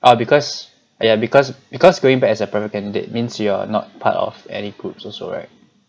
ah because yeah because because going back as a private candidate means you're not part of any groups also right